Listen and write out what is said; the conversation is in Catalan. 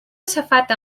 safata